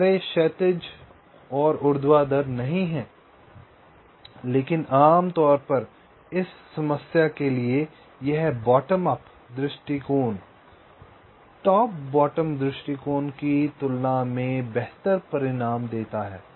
किनारे क्षैतिज और ऊर्ध्वाधर नहीं हैं लेकिन आमतौर पर इस समस्या के लिए यह बॉटम अप दृष्टिकोण टॉप बॉटम दृष्टिकोण की तुलना में बेहतर परिणाम देता है